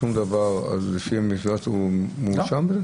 הוא מואשם בזה?